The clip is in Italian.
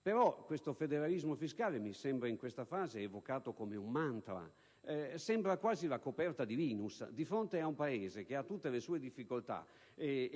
però il federalismo fiscale mi sembra che in questa fase sia evocato come un mantra, sembra quasi la coperta di Linus: di fronte ad un Paese che ha tante difficoltà,